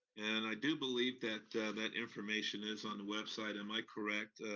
and i do believe that that information is on the website, am i correct,